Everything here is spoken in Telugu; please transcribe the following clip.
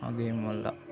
ఆ గేమ్ వల్ల